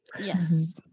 Yes